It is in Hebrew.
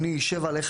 אני אשב עליך,